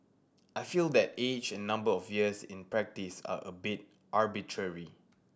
I feel that age and number of years in practice are a bit arbitrary